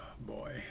Boy